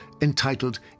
entitled